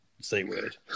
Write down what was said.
c-word